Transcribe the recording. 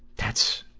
that's,